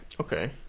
Okay